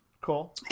Cool